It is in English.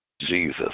Jesus